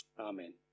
Amen